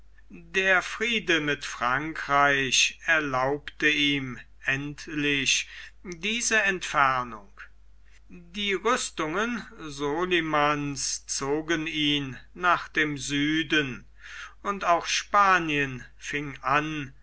der friede mit frankreich erlaubte ihm endlich diese entfernung die rüstungen solimans zogen ihn nach dem süden und auch spanien fing an